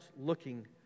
looking